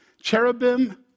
Cherubim